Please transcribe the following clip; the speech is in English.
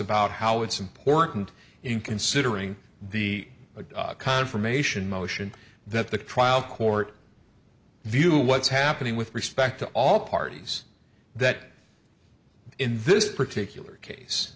about how it's important in considering the confirmation motion that the trial court view what's happening with respect to all parties that in this particular case